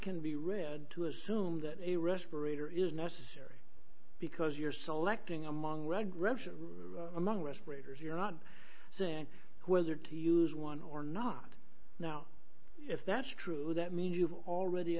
can be rude to assume that a respirator is necessary because you're selecting among red among respirators you're not saying who are your to use one or not now if that's true that means you've already